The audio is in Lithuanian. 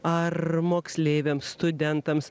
ar moksleiviams studentams